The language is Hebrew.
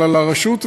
אלא לרשות,